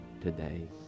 today